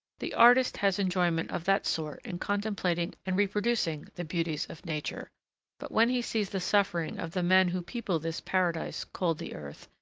the artist has enjoyment of that sort in contemplating and reproducing the beauties of nature but, when he sees the suffering of the men who people this paradise called the earth,